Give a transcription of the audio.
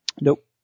Nope